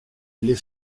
les